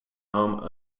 home